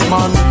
Man